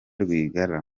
rwigara